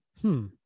Hmm